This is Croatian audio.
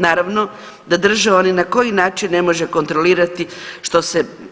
Naravno da država ni na koji način ne može kontrolirati što